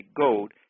gold